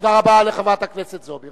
תודה רבה לחברת הכנסת זועבי.